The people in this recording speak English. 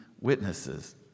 witnesses